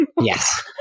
Yes